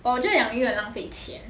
but 我觉得养鱼很浪费钱